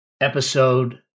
episode